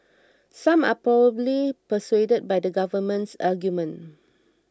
some are probably persuaded by the government's argument